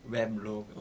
Weblog